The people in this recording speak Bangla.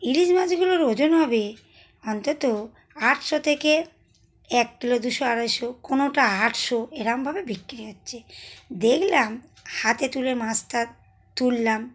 ইলিশ মাছগুলোর ওজন হবে অন্তত আটশো থেকে এক কিলো দুশো আড়াইশো কোনোটা আটশো এরকমভাবে বিক্রি হচ্ছে দেখলাম হাতে তুলে মাছটা তুললাম